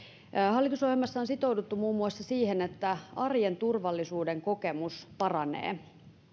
hallitusohjelmassa on sitouduttu muun muassa siihen että arjen turvallisuuden kokemus paranee ja